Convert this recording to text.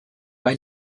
pas